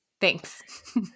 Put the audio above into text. Thanks